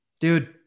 Dude